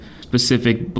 specific